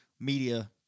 media